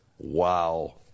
wow